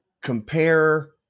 compare